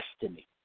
destiny